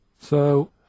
So-